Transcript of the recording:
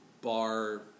bar